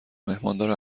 مهماندار